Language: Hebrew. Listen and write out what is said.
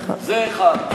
זה, אחד.